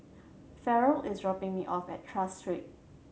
Farrell is dropping me off at Tras Street